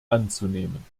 anzunehmen